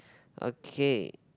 okay